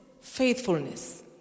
faithfulness